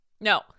No